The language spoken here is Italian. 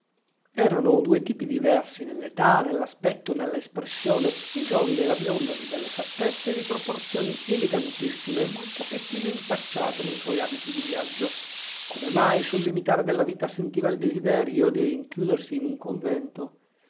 erano due tipi diversi nell'età nell'aspetto nella espressione il giovine era biondo di belle fattezze e di proporzioni elegantissime ma un pochettino impacciato ne suoi abiti di viaggio come mai sul limitare della vita sentiva il desiderio di rinchiudersi in un convento